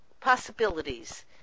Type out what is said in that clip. possibilities